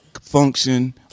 Function